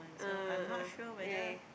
a'ah yeah yeah